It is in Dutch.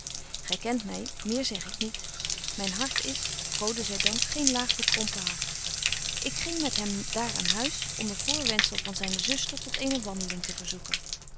gy kent my meer zeg ik niet myn hart is gode zy dank geen laag bekrompen hart ik ging met hem daar aan huis onder voorwendzel van zyne zuster tot eene wandeling te verzoeken